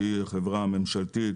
שהיא החברה הממשלתית,